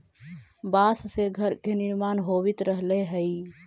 बाँस से घर के निर्माण होवित रहले हई